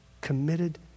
committed